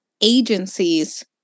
agencies